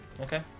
Okay